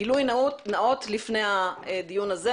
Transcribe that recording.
גילוי נאות לפני הדיון הזה.